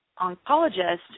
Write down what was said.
oncologist